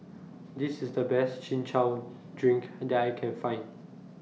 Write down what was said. This IS The Best Chin Chow Drink that I Can Find